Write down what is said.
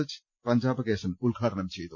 H Panchapakesan ഉദ്ഘാടനം ചെയ്തു